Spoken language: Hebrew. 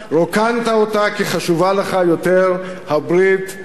רוקנת אותה כי חשובה לך יותר הברית עם